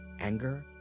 anger